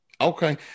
Okay